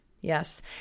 Yes